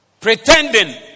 Pretending